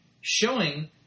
Showing